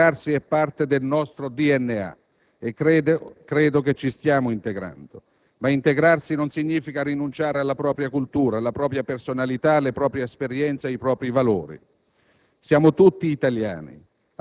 Per noi migranti integrarsi è parte del nostro DNA e credo che ci stiamo integrando, ma integrarsi non significa rinunciare alla propria cultura, alla propria personalità, alle proprie esperienze e ai propri valori.